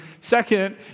Second